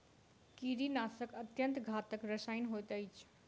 कीड़ीनाशक अत्यन्त घातक रसायन होइत अछि